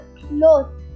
clothes